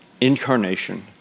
incarnation